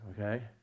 okay